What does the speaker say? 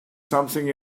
something